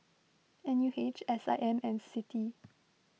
N U H S I M and Citi